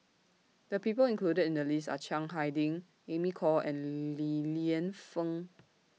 The People included in The list Are Chiang Hai Ding Amy Khor and Li Lienfung